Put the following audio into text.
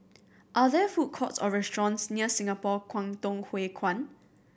are there food courts or restaurants near Singapore Kwangtung Hui Kuan